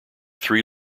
three